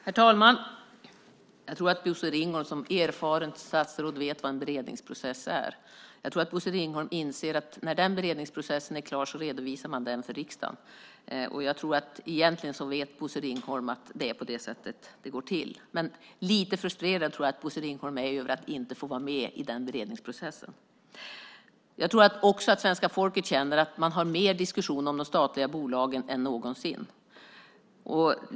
Herr talman! Jag tror att Bosse Ringholm, som erfaret statsråd, vet vad en beredningsprocess är. Jag tror att Bosse Ringholm inser att när den beredningsprocessen är klar redovisar man den för riksdagen. Egentligen vet Bosse Ringholm att det är på det sättet det går till, men jag tror att Bosse Ringholm är lite frustrerad över att inte få vara med i den beredningsprocessen. Jag tror också att svenska folket känner att man har mer diskussion om de statliga bolagen än någonsin.